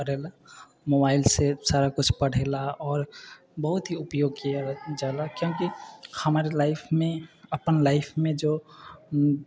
करय लए मोबाइल से सारा किछु पढ़य ला आओर बहुत ही उपयोग कयल जाला किआकि हमर लाइफमे अपन लाइफमे जो